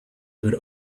good